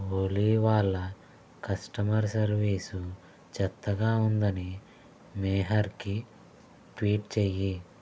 ఓలీ వాళ్ళ customer service చెత్తగా ఉందని మెహర్కి ట్వీట్ చెయ్యి